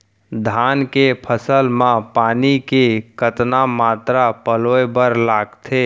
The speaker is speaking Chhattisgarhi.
धान के फसल म पानी के कतना मात्रा पलोय बर लागथे?